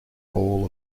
ball